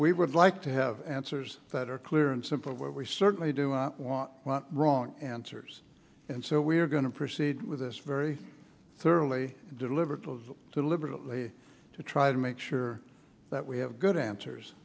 we would like to have answers that are clear and simple but we certainly do not want wrong answers and so we are going to proceed with this very thoroughly delivered deliberately to try to make sure that we have good answers